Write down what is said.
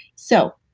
so,